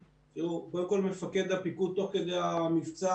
קודם כול, מפקד הפיקוד תוך כדי המבצע,